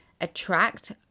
attract